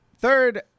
third